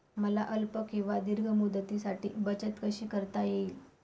मला अल्प किंवा दीर्घ मुदतीसाठी बचत कशी करता येईल?